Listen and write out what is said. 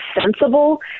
sensible